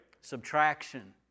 subtraction